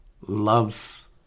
Love